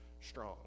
strong